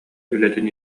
үлэтин